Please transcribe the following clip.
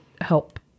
help